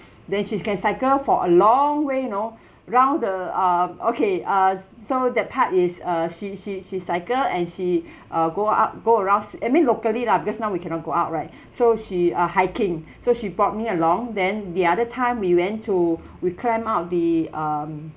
then she's can cycle for a long way you know round the um okay uh so that part is uh she she she cycle and she uh go up go around I mean locally lah because now we cannot go out right so she uh hiking so she brought me along then the other time we went to we climb up the um